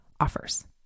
offers